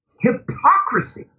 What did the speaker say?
hypocrisy